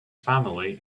family